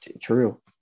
True